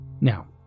Now